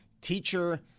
teacher